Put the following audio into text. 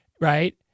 Right